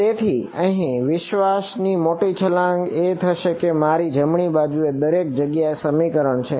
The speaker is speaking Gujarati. તેથી અહીં વિશ્વાસની મોટી છલાંગ એ થશે કે મારી જમણી બાજુએ દરેક જગ્યાએ આ સમીકરણ છે